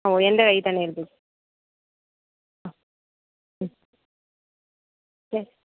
ഓ എൻ്റെ കയ്യിൽ തന്നെ ഏല്പിച്ച് ആ മ് ശരി